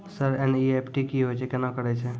Sir NEFT की होय छै, केना करे छै?